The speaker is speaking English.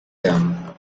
them